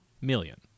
million